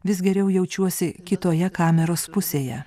vis geriau jaučiuosi kitoje kameros pusėje